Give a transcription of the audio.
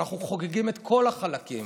ואנחנו חוגגים את כל החלקים.